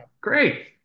great